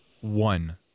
One